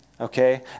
okay